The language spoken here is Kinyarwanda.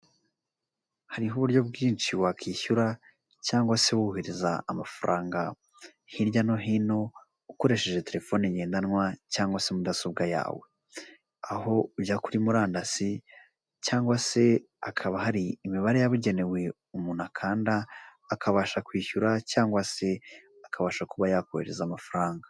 Hariho uburyo bwinshi wakwishyura cyangwa se wohereza amafaranga hirya no hino ukoresheje telefone ngendanwa cyangwa se mudasobwa yawe. Aho ujya kuri murandasi cyangwa se akaba hari imibare yabugenewe umuntu akanda akabasha kwishyura cyangwa se akabasha kuba yakohererereza amafaranga.